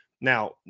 Now